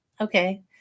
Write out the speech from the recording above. okay